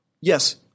Yes